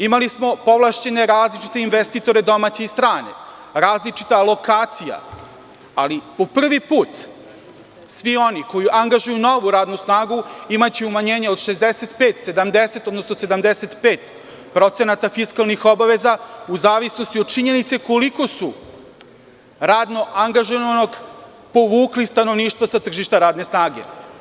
Imali smo povlašćene različite investitore, domaće i strane, različita lokacija, ali po prvi put svi oni koji angažuju novu radnu snagu imaće umanjenje od 65, 70, odnosno 75% fiskalnih obaveza u zavisnosti od činjenice koliko su radno angažovanog stanovništva povukli sa tržišta radne snage.